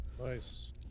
nice